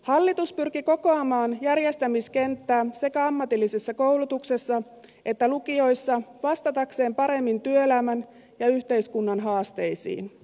hallitus pyrki kokoamaan järjestämiskenttää sekä ammatillisessa koulutuksessa että lukioissa vastatakseen paremmin työelämän ja yhteiskunnan haasteisiin